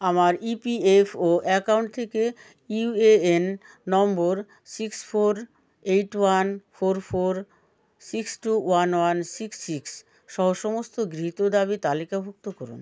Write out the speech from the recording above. আমার E P F O account থেকে U A N number six four eight one four four six two one one six six সহ সমস্ত গৃহীত দাবি তালিকাভুক্ত করুন